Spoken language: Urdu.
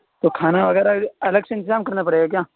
تو کھانا وغیرہ الگ سے انتظام کرنا پڑے گا کیا